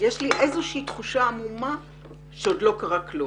יש לי תחושה עמומה שעוד לא קרה כלום